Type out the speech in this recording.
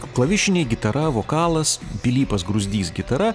klavišiniai gitara vokalas pilypas gruzdys gitara